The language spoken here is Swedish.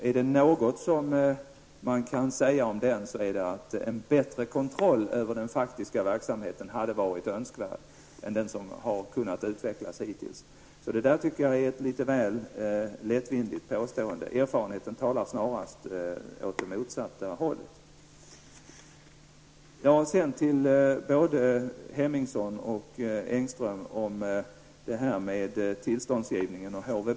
Är det något som man kan säga om den är det detta att en bättre kontroll av verksamheten hade varit önskvärd än den som hittills har kunnat utvecklas. Här tycker jag att det rör sig om ett litet väl lättvindigt påstående. Erfarenheten talar snarast för det motsatta förhållandet. Både Ingrid Hemmingsson och Göran Engström talade också om tillståndsgivningen och HVB.